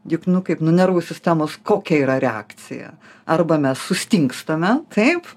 juk nu kaip nu nervų sistemos kokia yra reakcija arba mes sustingstame taip